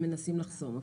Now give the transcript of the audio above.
הם מנסים לחסום אותו.